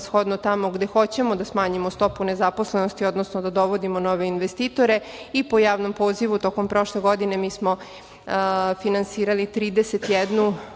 prevashodno tamo gde hoćemo da smanjimo stopu nezaposlenosti, odnosno da dovodimo nove investitore. Po javnom pozivu tokom prošle godine mi smo finansirali 31